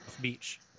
beach